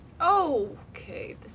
okay